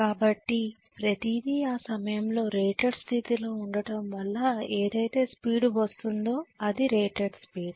కాబట్టి ప్రతిదీ ఆ సమయంలో రేటెడ్ స్థితిలో ఉండటం వల్ల ఏదైతే స్పీడ్ వస్తుందో అది రేటెడ్ స్పీడ్